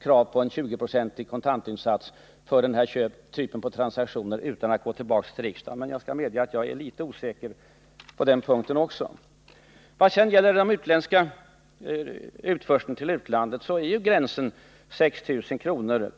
krav på en 20-procentig kontantinsats för den aktuella typen av transaktioner, utan att låta frågan gå tillbaka till riksdagen. Men jag medger 17 att jag är litet osäker på den punkten. I vad sedan gäller utförsel av valuta till utlandet är gränsen 6 000 kr.